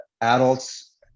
adults